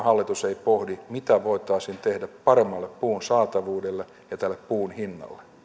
hallitus ei pohdi mitä voitaisiin tehdä paremmalle puun saatavuudelle ja tälle puun hinnalle